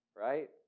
right